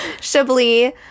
Chablis